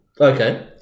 Okay